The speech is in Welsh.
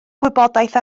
gwybodaeth